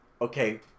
Okay